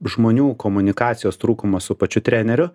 žmonių komunikacijos trūkumas su pačiu treneriu